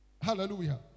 Hallelujah